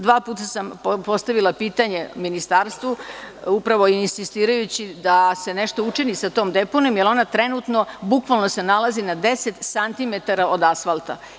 Dva puta sam postavila pitanje Ministarstvu, upravo insistirajući da se nešto učini sa tom deponijom, jer ona trenutno se bukvalno nalazi na deset santimetara od asfalta.